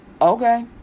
okay